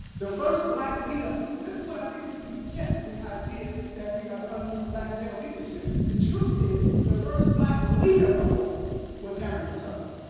the first black leader and this is what i think needs to be checked this idea that we've got to undo black male leadership. the truth is the first black leader of all was harriet tubman.